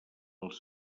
els